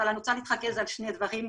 אבל אני רוצה להתרכז בשני דברים,